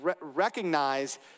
recognize